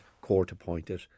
court-appointed